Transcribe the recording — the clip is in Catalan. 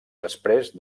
després